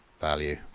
value